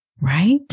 Right